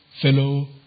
fellow